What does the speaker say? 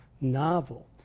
novel